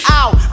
out